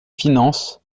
finances